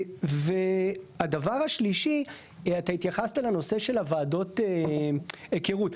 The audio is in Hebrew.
הדבר השלישי, אתה התייחסת לנושא של ועדות היכרות.